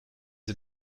sie